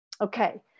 Okay